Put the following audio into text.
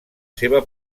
seva